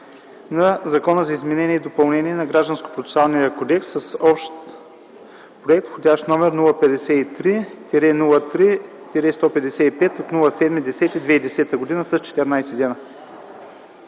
на Закона за изменение и допълнение на Гражданско- процесуалния кодекс с общ проект с вх. № 053-03-155 от 07.10.2010 г. с 14 дни.